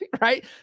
Right